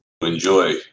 enjoy